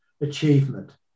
achievement